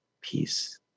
peace